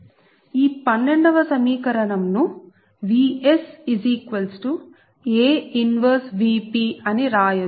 ఈ 12 వ సమీకరణం ను VsA 1Vp అని రాయచ్చు